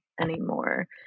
anymore